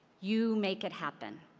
you make it happen.